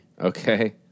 Okay